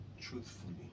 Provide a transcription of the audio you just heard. truthfully